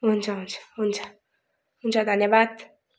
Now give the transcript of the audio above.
हुन्छ हुन्छ हुन्छ हुन्छ धन्यवाद